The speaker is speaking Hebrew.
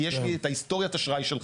כי יש לי את היסטוריית האשראי שלך.